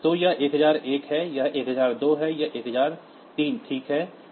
तो यह 1001 है यह 1002 है यह 1003 ठीक है